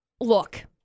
look